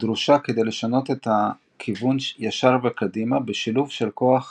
הדרושה כדי לשנות את הכיוון ישר וקדימה בשילוב של כוח